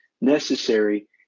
necessary